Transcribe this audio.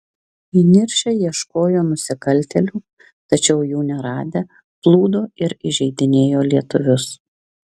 įniršę ieškojo nusikaltėlių tačiau jų neradę plūdo ir įžeidinėjo lietuvius